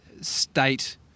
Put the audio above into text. state